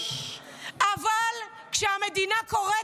אבל כשהמדינה קוראת,